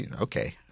okay